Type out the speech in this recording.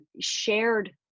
shared